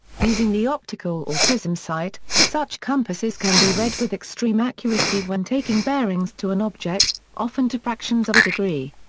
using the optical or prism sight, such compasses can be read with extreme accuracy when taking bearings to an object, often to fractions of a degree.